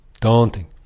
daunting